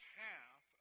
half